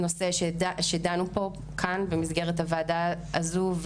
זה נושא שדנו בו כאן במסגרת הוועדה הזו,